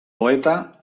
poeta